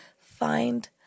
find